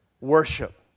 worship